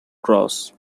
cross